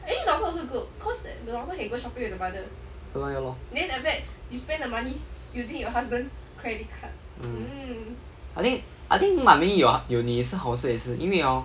ya lor ya lor mm I think I think mummy 有有你也是好事因为 hor